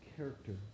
character